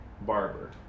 barber